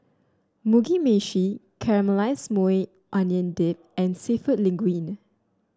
Mugi Meshi Caramelized Maui Onion Dip and seafood Linguine